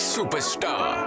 Superstar